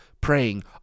praying